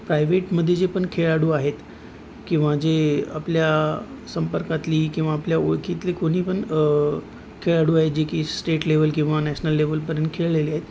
प्रायवेटमध्ये जे पण खेळाडू आहेत किंवा जे आपल्या संपर्कातली किंवा आपल्या ओळखीतले कोणी पण खेळाडू आहेत जे की स्टेट लेवल किंवा नॅशनल लेवलपर्यंत खेळलेले आहेत